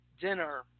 dinner